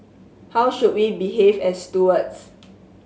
how should we behave as stewards